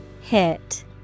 Hit